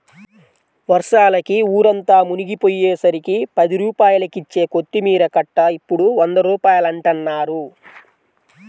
వర్షాలకి ఊరంతా మునిగిపొయ్యేసరికి పది రూపాయలకిచ్చే కొత్తిమీర కట్ట ఇప్పుడు వంద రూపాయలంటన్నారు